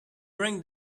bring